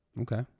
Okay